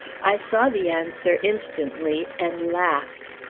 i saw the answer instantly, and laughed.